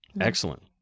Excellent